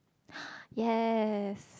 yes